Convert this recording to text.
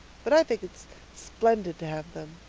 but i think it's splendid to have them.